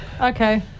Okay